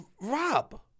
Rob